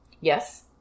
Yes